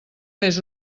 més